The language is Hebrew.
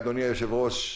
אדוני היושב-ראש.